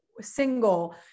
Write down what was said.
single